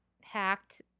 hacked